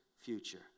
future